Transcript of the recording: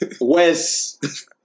Wes